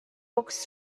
books